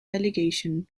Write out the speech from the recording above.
delegation